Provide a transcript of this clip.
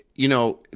you know,